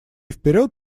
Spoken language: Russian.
вперед